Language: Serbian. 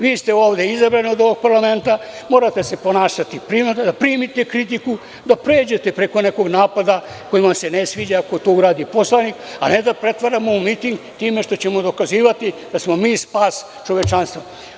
Vi ste ovde izabrani od ovog parlamenta, morate se ponašati primerno, da primite kritiku, da pređete preko nekog napada koji vam se ne sviđa, ako to uradi poslanik, a ne da pretvaramo u miting time što ćemo dokazivati da smo mi spas čovečanstva.